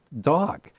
dog